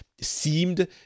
seemed